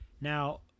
Now